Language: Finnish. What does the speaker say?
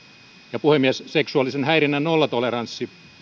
puhemies seksuaalisen häirinnän nollatoleranssi